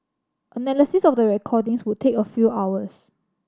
analysis of the recordings would take a few hours